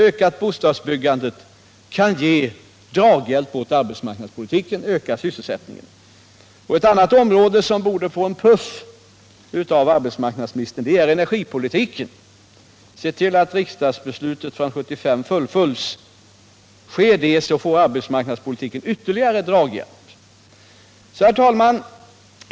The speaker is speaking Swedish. Ökat bostadsbyggande kan alltså ge draghjälp åt arbetsmarknadspolitiken och öka sysselsättningen. Ett annat område som borde få en puff av arbetsmarknadsministern är energipolitiken. Se till att riksdagsbeslutet från 1975 fullföljs. Sker det får arbetsmarknadspolitiken ytterligare draghjälp. Herr talman!